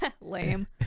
Lame